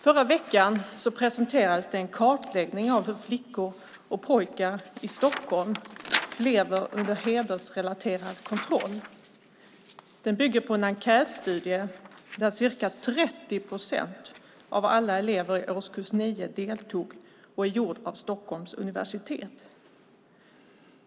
Förra veckan presenterades det en kartläggning av hur flickor och pojkar i Stockholm lever under hedersrelaterad kontroll. Den bygger på en enkätstudie där ca 30 procent av alla elever i årskurs 9 deltog och är gjord av Stockholms universitet.